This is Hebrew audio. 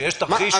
שיש תרחיש,